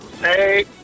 Hey